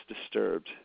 disturbed